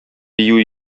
дию